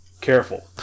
careful